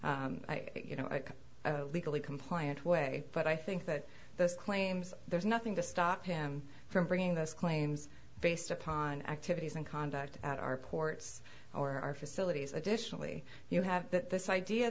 a you know a legally compliant way but i think that those claims there's nothing to stop him from bringing those claims based upon activities and conduct at our ports or our facilities additionally you have this idea